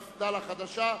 מפד"ל החדשה.